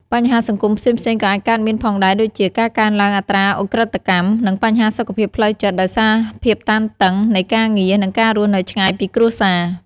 បញ្ហាសង្គមផ្សេងៗក៏អាចកើតមានផងដែរដូចជា ការកើនឡើងអត្រាឧក្រិដ្ឋកម្ម និងបញ្ហាសុខភាពផ្លូវចិត្តដោយសារភាពតានតឹងនៃការងារ និងការរស់នៅឆ្ងាយពីគ្រួសារ។